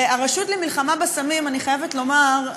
והרשות למלחמה בסמים אני חייבת לומר,